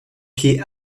pied